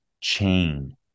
chain